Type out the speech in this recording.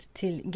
till